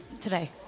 Today